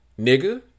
nigga